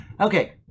Okay